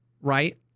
right